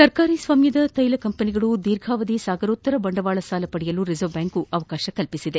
ಸರ್ಕಾರಿ ಸ್ವಾಮ್ಯದ ತೈಲ ಕಂಪನಿಗಳು ದೀರ್ಘಾವಧಿ ಸಾಗರೋತ್ತರ ಬಂಡವಾಳ ಸಾಲ ಪಡೆಯಲು ರಿಸರ್ವ್ ಬ್ಯಾಂಕ್ ಅವಕಾಶ ನೀಡಿದೆ